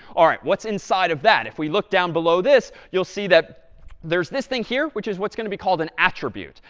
what's inside of that? if we look down below this, you'll see that there's this thing here, which is what's going to be called an attribute.